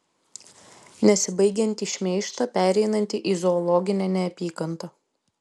nesibaigiantį šmeižtą pereinantį į zoologinę neapykantą